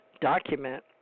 document